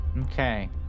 Okay